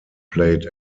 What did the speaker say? played